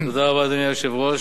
תודה רבה, אדוני היושב-ראש.